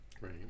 Right